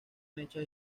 mecha